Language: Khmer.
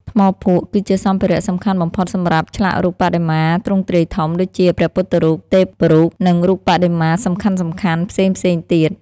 ថ្មភក់ គឺជាសម្ភារៈសំខាន់បំផុតសម្រាប់ឆ្លាក់រូបបដិមាទ្រង់ទ្រាយធំ ដូចជាព្រះពុទ្ធរូប ទេពរូប និងរូបបដិមាសំខាន់ៗផ្សេងៗទៀត។